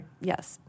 yes